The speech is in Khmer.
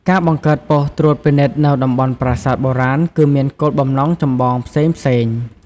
ការបង្កើតបុស្តិ៍ត្រួតពិនិត្យនៅតំបន់ប្រាសាទបុរាណគឺមានគោលបំណងចម្បងផ្សេងៗ។